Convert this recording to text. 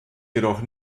jedoch